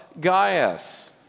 Gaius